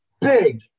big